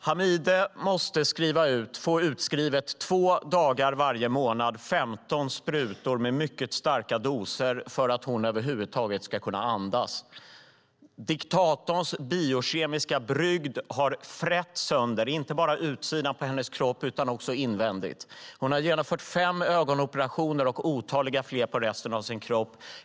Hamide får två dagar varje månad 15 sprutor utskrivna med mycket starka doser medicin som hon måste ta för att över huvud taget kunna andas. Diktatorns biokemiska brygd har frätt sönder inte bara utsidan av hennes kropp utan också insidan. Hon har utfört fem ögonoperationer och otaliga operationer på resten av kroppen.